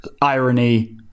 irony